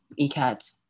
ECAT